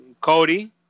Cody